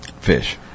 fish